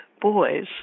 boys